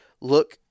look